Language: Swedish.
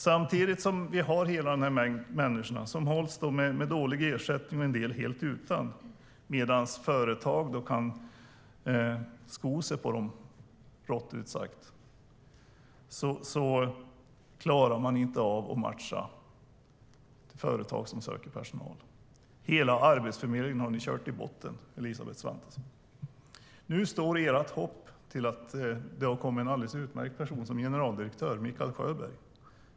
Samtidigt som alla dessa människor hålls med en dålig ersättning, en del helt utan, och företag skor sig på dem, klarar man inte av att matcha dessa människor mot företag som söker personal. Hela Arbetsförmedlingen har nu kört i botten, Elisabeth Svantesson. Nu står ert hopp till att det har kommit en alldeles utmärkt person som generaldirektör; Mikael Sjöberg.